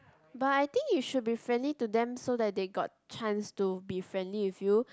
but I think you should be friendly to them so that they got chance to be friendly with you